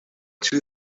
two